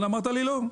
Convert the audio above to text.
אמרת לי לא.